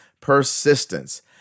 persistence